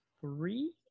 three